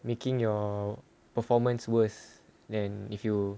making your performance worse than if you